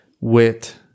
Wit